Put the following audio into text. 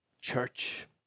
church